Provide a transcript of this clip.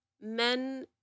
men